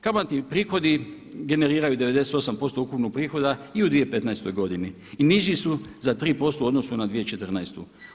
Kamatni prihodi generiraju 98% ukupnog prihoda i u 2015. godini i niži su za 3% u odnosu na 2014.